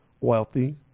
wealthy